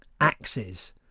axes